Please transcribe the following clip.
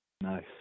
Nice